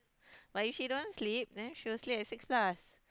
but if she don't want to sleep then she will sleep at six plus